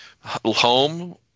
home